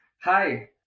Hi